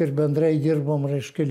ir bendrai dirbom reiškia